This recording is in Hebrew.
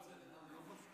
אני רוצה לנמק.